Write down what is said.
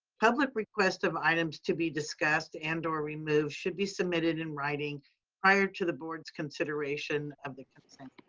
public request of items to be discussed and or removed should be submitted in writing prior to the board's consideration of the consent